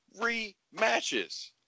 rematches